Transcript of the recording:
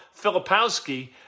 Filipowski